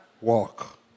Walk